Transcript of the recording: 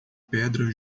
pedra